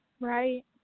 Right